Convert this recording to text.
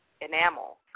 enamel